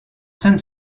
their